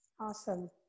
Awesome